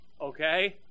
Okay